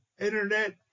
Internet